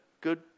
good